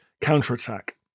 counterattack